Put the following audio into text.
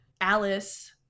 Alice